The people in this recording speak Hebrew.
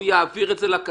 הוא יעביר את זה לכספת.